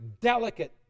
delicate